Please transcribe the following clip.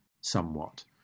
somewhat